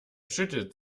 schüttelt